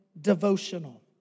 devotional